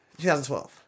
2012